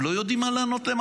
הם לא יודעים מה לענות להם,